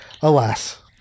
alas